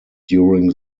during